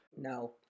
No